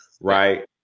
Right